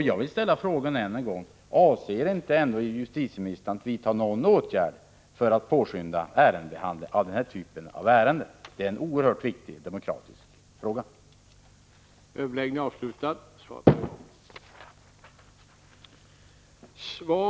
Jag vill än en gång fråga: Avser ändå inte justitieministern att vidta någon åtgärd för att påskynda behandlingen av denna typ av ärenden? Det är en oerhört viktig demokratisk fråga.